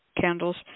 candles